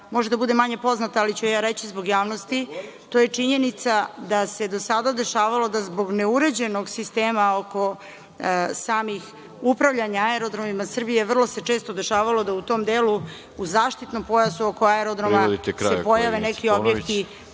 može da bude manje poznata, ali ću je ja reći zbog javnosti, to je činjenica da se do sada dešavalo da zbog neuređenog sistema oko samog upravljanja aerodromima Srbije vrlo često se dešavalo da u tom delu u zaštitnom pojasu oko aerodroma se pojave neki objekti